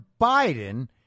Biden